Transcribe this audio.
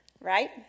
right